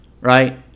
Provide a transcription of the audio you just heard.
right